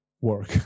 work